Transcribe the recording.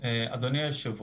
אדוני היושב-ראש,